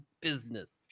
business